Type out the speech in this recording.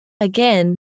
Again